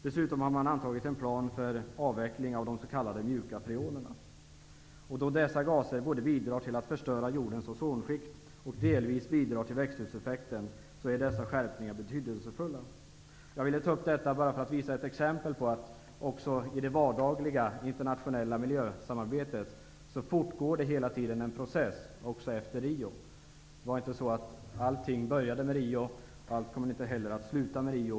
Dessutom har man antagit en plan för avveckling av de s.k. mjuka freonerna. Då dessa gaser både bidrar till att förstöra jordens ozonskikt och delvis bidrar till växthuseffekten, är dessa skärpningar betydelsefulla. Detta är ett exempel på att det också i det vardagliga internationella miljösamarbetet fortgår en process efter Rio. Allt började inte i och med konferensen i Rio och allt kommer inte heller att sluta med Rio.